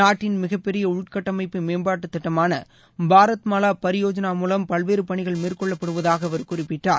நாட்டின் மிகப்பெரிய உள்கட்டமைப்பு மேம்பாட்டுத் திட்டமான பரத்மலா பரியோஜனா மூலம் பல்வேறு பணிகள் மேற்கொள்ளப்படுவதாக அவர் குறிப்பிட்டார்